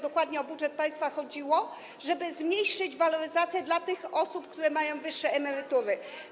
Dokładnie o budżet państwa chodziło, żeby zmniejszyć waloryzację dla tych osób, które mają wyższe emerytury.